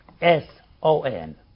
S-O-N